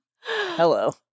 Hello